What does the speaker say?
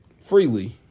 freely